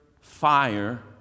fire